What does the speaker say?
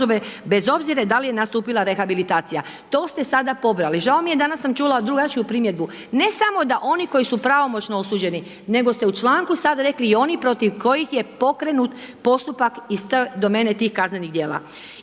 bez obzira da li je nastupila rehabilitacija. To ste sada pobrali. Žao mi je. Danas sam čula drugačiju primjedbu, ne samo da oni koji su pravomoćno osuđeni, nego ste u članku sada rekli i oni protiv kojih je pokrenut postupak iz te domene tih kaznenih djela.